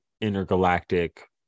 Intergalactic